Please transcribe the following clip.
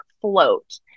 float